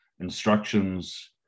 instructions